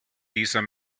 dieser